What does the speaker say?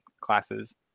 classes